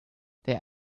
there